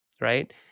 right